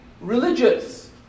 religious